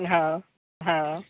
हँ हँ